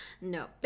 No